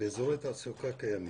באזורי תעסוקה קיימים.